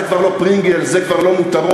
זה כבר לא "פרינגלס", זה כבר לא מותרות.